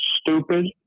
stupid